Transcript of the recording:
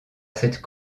cette